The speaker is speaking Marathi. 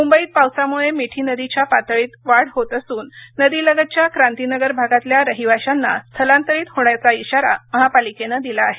मुंबईत पावसामुळे मिठी नदीच्या पातळीत वाढ होत असून नदीलगतच्या क्रांतीनगर भागातल्या राहिवाशाना स्थलांतरित होण्याचा इशारा महापालिकेनं दिला आहे